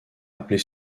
appelée